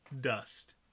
dust